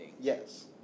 Yes